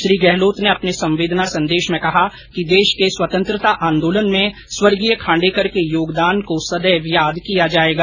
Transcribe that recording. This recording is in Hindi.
श्री गहलोत ने अपने संवेदना संदेश में कहा कि देश के स्वतंत्रता आन्दोलन में स्व खांडेकर के योगदान को सदैव याद किया जाएगा